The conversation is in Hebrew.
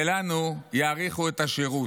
ולנו יאריכו את השירות.